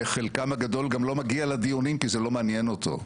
וחלקם הגדול גם לא מגיע לדיונים כי זה לא מעניין אותו.